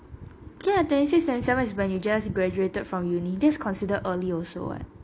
K lah twenty six twenty seven is when you just graduated from uni this considered early also [what]